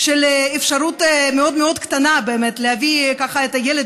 של אפשרות מאוד מאוד קטנה להביא את הילד